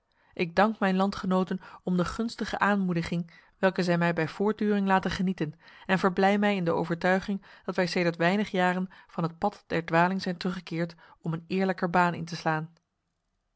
ik dank mijn landgenoten om de gunstige aanmoediging welke zij mij bij voortduring laten genieten en verblij mij in de overtuiging dat wij sedert weinig jaren van het pad der dwaling zijn teruggekeerd om een eerlijker baan in te slaan